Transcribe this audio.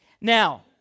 Now